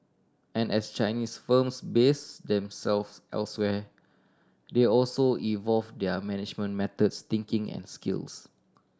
and as Chinese firms base themselves elsewhere they also evolve their management methods thinking and skills